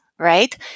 Right